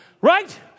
Right